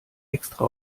extra